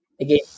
Again